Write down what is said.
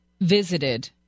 visited